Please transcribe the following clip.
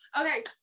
okay